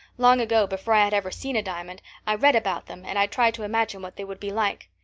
long ago, before i had ever seen a diamond, i read about them and i tried to imagine what they would be like.